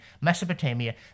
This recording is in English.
Mesopotamia